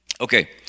Okay